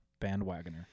bandwagoner